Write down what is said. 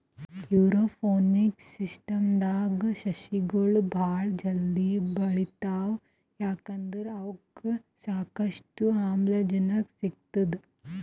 aeroponics ಸಿಸ್ಟಮ್ದಾಗ್ ಸಸಿಗೊಳ್ ಭಾಳ್ ಜಲ್ದಿ ಬೆಳಿತಾವ್ ಯಾಕಂದ್ರ್ ಅವಕ್ಕ್ ಸಾಕಷ್ಟು ಆಮ್ಲಜನಕ್ ಸಿಗ್ತದ್